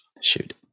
Shoot